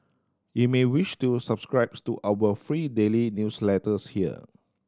you may wish to subscribes to our free daily newsletters here